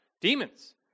demons